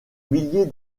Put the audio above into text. milliers